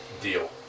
Deal